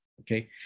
Okay